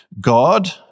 God